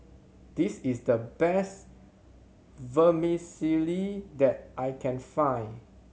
this is the best Vermicelli that I can find